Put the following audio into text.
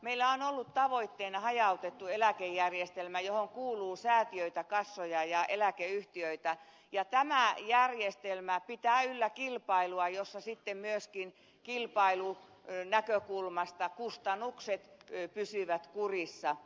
meillä on ollut tavoitteena hajautettu eläkejärjestelmä johon kuuluu säätiöitä kassoja ja eläkeyhtiöitä ja tämä järjestelmä pitää yllä kilpailua jossa sitten myöskin kilpailunäkökulmasta kustannukset pysyvät kurissa